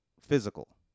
physical